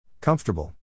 Comfortable